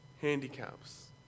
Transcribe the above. handicaps